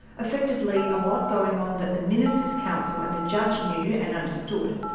effectively a lot going on that the minister's counsel and the judge knew and understood,